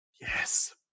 Yes